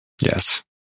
yes